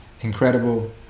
incredible